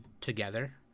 together